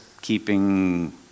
keeping